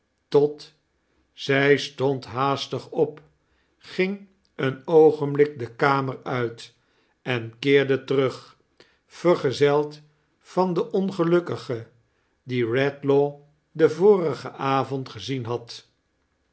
tot zij stond haastig op ging een oogenblik de kamer uit en keerde terug vargezeld van den ongelukkige dien redlaw den vorigen avond gezien had